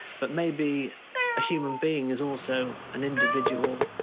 but maybe a human being is also an individual